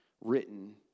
written